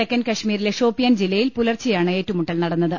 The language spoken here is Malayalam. തെക്കൻകശ്മീരിലെ ഷോപ്പിയാൻ ജില്ലയിൽ പുലർച്ചെയാണ് ഏറ്റു മുട്ടൽ നട്ടന്നത്